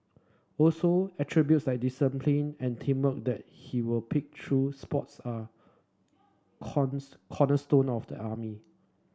also attributes like discipline and teamwork that he will pick through sports are corners cornerstone of the army